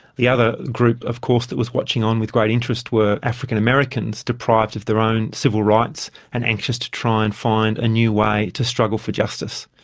the other group of course that was watching on with great interest were african-americans, deprived of their own civil rights and anxious to try and find a new way to struggle for justice.